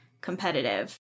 competitive